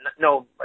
no